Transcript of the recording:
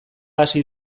hasi